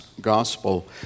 Gospel